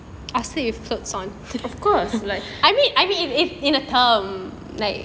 of course